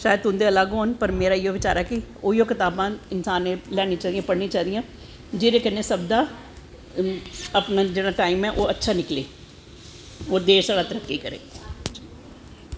शायद तुंदे अलग होन पर मेरा इयो बिचार ऐ कि उऐ कताबां इंसान नै लेआनियां ताही दियां पढ़नियां चाही दियां जेह्दे कन्नैं सब दा अपनां जेह्ड़ा टाईम अच्छा निकलै और देश साढ़ा तरक्की करै